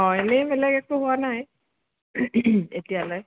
অঁ এনেই বেলেগ একো হোৱা নাই এতিয়ালৈ